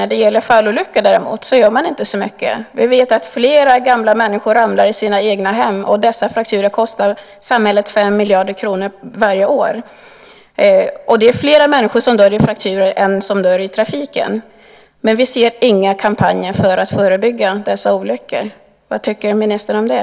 När det däremot gäller fallolyckor gör man inte så mycket. Vi vet att flera gamla människor ramlar i sina egna hem, och dessa frakturer kostar samhället 5 miljarder kronor varje år. Det är också fler människor som dör av frakturer än som dör i trafiken. Ändå ser vi inga kampanjer för att förebygga dessa olyckor. Vad tycker ministern om det?